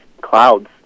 clouds